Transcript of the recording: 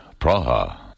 Praha